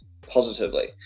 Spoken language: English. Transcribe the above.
positively